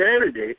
Saturday